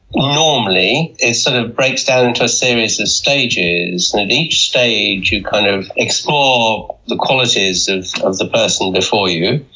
normally, it sort of breaks down into a series of stages, and at each stage you kind of explore the qualities of of the person before you,